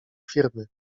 firmy